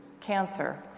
Cancer